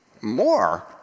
more